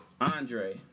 Andre